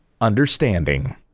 understanding